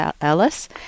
Ellis